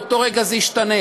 באותו רגע זה ישתנה,